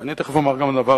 אני תיכף אומר גם את הדבר